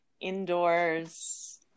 indoors